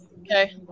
Okay